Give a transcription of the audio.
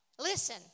Listen